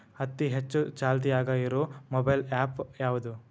ಅತಿ ಹೆಚ್ಚ ಚಾಲ್ತಿಯಾಗ ಇರು ಮೊಬೈಲ್ ಆ್ಯಪ್ ಯಾವುದು?